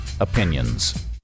opinions